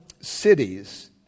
cities